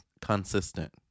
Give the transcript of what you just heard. consistent